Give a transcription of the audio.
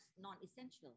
non-essential